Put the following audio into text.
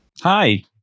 Hi